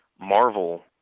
Marvel